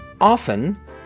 Often